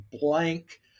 blank